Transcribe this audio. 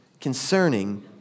concerning